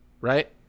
right